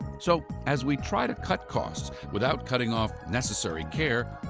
so as we try to cut costs without cutting off necessary care,